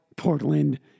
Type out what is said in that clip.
portland